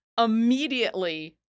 immediately